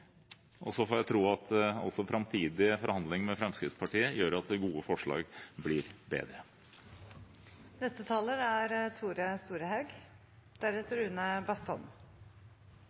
Så får jeg tro at også framtidige forhandlinger med Fremskrittspartiet gjør at gode forslag blir